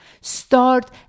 Start